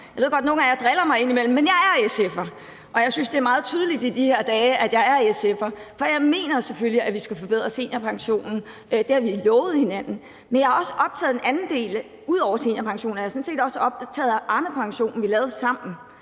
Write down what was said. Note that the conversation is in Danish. Jeg ved godt, at nogle af jer driller mig med det en gang imellem, men jeg er SF'er, og jeg synes, det er meget tydeligt i de her dage, at jeg er SF'er, for jeg mener selvfølgelig, at vi skal forbedre seniorpensionen, for det har vi lovet hinanden. Men jeg er også optaget af en anden del af det. Ud over seniorpension er jeg sådan set også optaget af Arnepensionen, som vi lavede sammen.